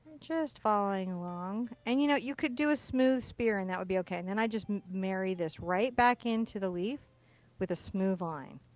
just following along. and you know, you could do a smooth spear and that would be okay. and and i just marry this right back into the leaf with a smooth line.